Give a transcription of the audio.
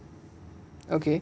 okay